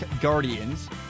Guardians